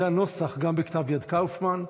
זה הנוסח גם בכתב יד קאופמן,